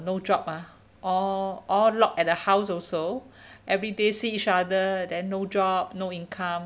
no job ah all all locked at the house also everyday see each other then no job no income